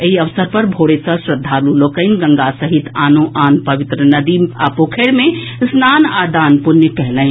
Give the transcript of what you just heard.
एहि अवसर पर भोरे सॅ श्रद्धालु लोकनि गंगा सहित आनो आन पवित्र नदी आ पोखरि मे स्नान आ दान पुण्य कयलनि